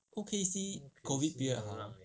O_K_C COVID 没有 liao lah